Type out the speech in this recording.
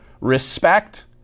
respect